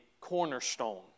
cornerstone